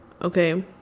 Okay